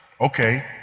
okay